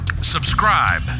subscribe